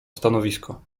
stanowisko